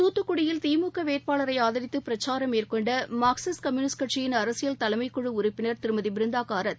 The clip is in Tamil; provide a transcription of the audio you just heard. தூத்துக்குடியில் திமுக வேட்பாளரை ஆதரித்து பிரச்சாரம் மேற்கொண்ட மார்க்சிஸ்ட் கம்யூனிஸ்ட் கட்சியின் அரசியல் தலைமைக்குழு உறுப்பினர் திருமதியிருந்தா காரத்